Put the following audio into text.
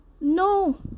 No